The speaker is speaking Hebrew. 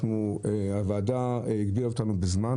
הוועדה הגבילה אותנו בזמן